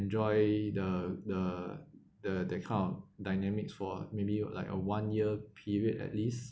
enjoy the the the that kind of dynamics for maybe like a one year period at least